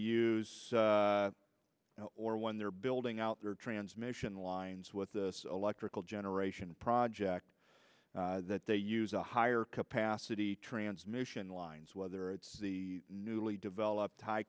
use or when they're building out their transmission lines with the electrical generation project that they use a higher capacity transmission lines whether it's the newly developed high